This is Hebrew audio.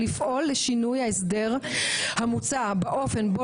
לפעול לשינוי ההסדר המוצע באופן בו